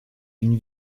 d’une